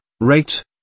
rate